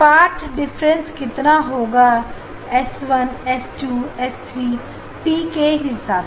5 difference कितना होगा s1 s2 s3 P के हिसाब से